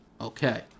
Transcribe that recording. Okay